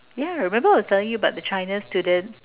yeah remember I was telling you about the China students